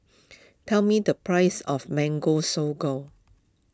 tell me the price of Mango Sago